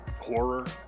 horror